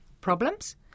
problems